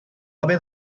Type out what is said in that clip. haver